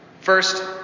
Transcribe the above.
First